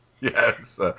Yes